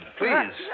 please